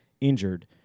injured